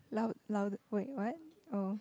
loud louder wait what oh